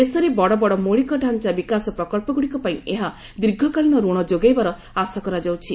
ଦେଶରେ ବଡ଼ ବଡ଼ ମୌଳିକ ଢାଞ୍ଚା ବିକାଶ ପ୍ରକଳ୍ପ ଗୁଡ଼ିକ ପାଇଁ ଏହା ଦୀର୍ଘକାଳୀନ ଋଣ ଯୋଗାଇବାର ଆଶା କରାଯାଉଛି